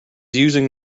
using